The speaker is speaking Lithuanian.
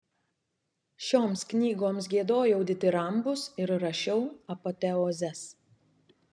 šioms knygoms giedojau ditirambus ir rašiau apoteozes